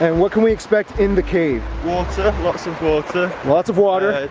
what can we expect in the cave? water, lots of water. lots of water.